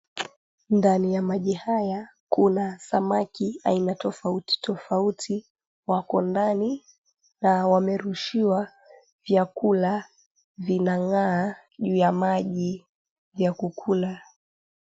Ndani ya maji haya kuna samaki aina tofautitofauti wako ndani na wamerushiwa vyakula vinang'aa juu ya maji ya kukula.